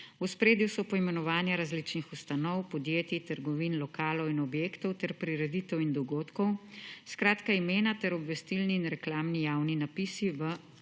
V ospredju so poimenovanja različnih ustanov, podjetij, trgovin, lokalov in objektov ter prireditev in dogodkov. Skratka, imena ter obvestilni in reklamni javni napisi v